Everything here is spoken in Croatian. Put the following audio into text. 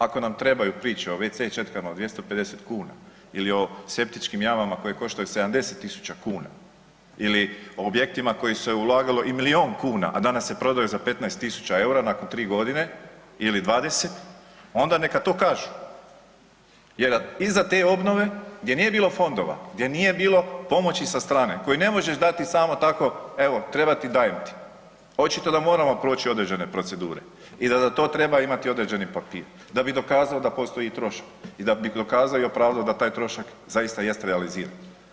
Ako nam trebaju priče o wc četkama o 250 kuna ili o septičkim jamama koje koštaju 70.000 kuna ili o objektima u koje se ulagalo i milijun kuna, a danas se prodaju za 15.000 eura nakon tri godine ili 20 onda neka to kažu jer iza te obnove gdje nije bilo fondova, gdje nije bilo pomoći sa strane koji ne možeš dati samo tako evo treba ti, dajem ti, očito da moramo proći određene procedure i da za to treba imati određeni papir da bi dokazao da postoji trošak i da bi dokazao i opravdao da taj trošak zaista jest realiziran.